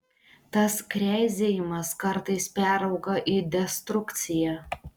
tas kreizėjimas kartais perauga į destrukciją